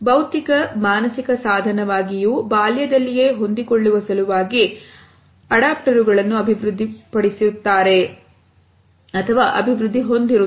ಭೌತಿಕ ಮಾನಸಿಕ ಸಾಧನವಾಗಿ ಬಾಲ್ಯದಲ್ಲಿಯೇ ಹೊಂದಿಕೊಳ್ಳುವ ಸಲುವಾಗಿ ಅಡಾಪ್ಟರುಗಳನ್ನು ಅಭಿವೃದ್ಧಿ ಹೊಂದಿರುತ್ತವೆ